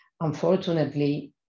unfortunately